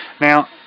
Now